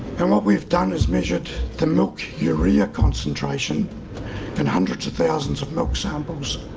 and what we've done is measured the milk urea concentration in hundreds of thousands of milk samples.